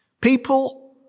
People